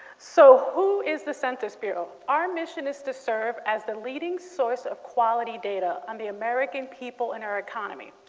so who is the census bureau? our mission is to serve as the leading source of quality data on the american people and our economy.